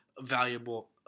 valuable